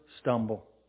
stumble